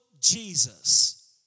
Jesus